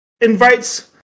invites